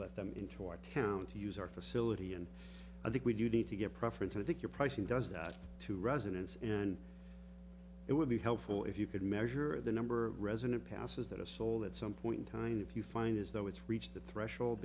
let them into our county use our facility and i think we do need to get preference i think your pricing does that to residents in it would be helpful if you could measure the number of resident houses that are sold at some point in time if you find as though it's reached the threshold